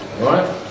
Right